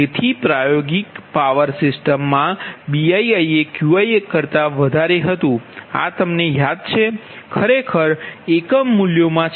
તેથીપ્રાયોગિક power સિસ્ટમમાં BiiQi હતુ યાદ છે આ ખરેખર એકમ મૂલ્યોમાં છે